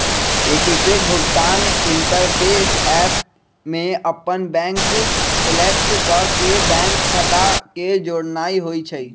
एकीकृत भुगतान interface app में अप्पन बैंक सेलेक्ट क के बैंक खता के जोड़नाइ होइ छइ